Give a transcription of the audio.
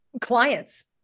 clients